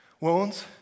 wounds